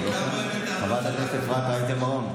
אני רואה שהחזירו אותך, שתחזור המשמעת.